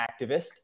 activist